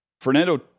Fernando